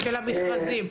של המכרזים.